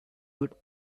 would